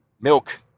milk